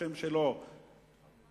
והשם שלו רמות-נפתלי,